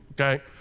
okay